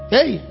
Hey